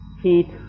heat